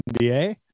NBA